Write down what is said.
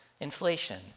inflation